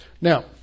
Now